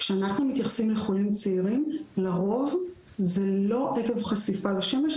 כשאנחנו מתייחסים לחולים צעירים לרוב זה לא עקב חשיפה לשמש,